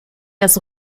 das